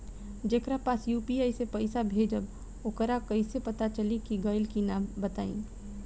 जेकरा पास यू.पी.आई से पईसा भेजब वोकरा कईसे पता चली कि गइल की ना बताई?